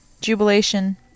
jubilation